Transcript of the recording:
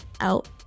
out